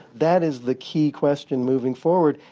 that is the key question moving forward.